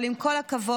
אבל עם כל הכבוד,